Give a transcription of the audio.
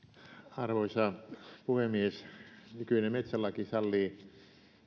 arvoisa puhemies nykyinen metsälaki sallii